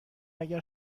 اگر